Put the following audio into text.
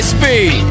Speed